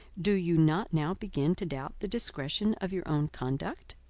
do you not now begin to doubt the discretion of your own conduct?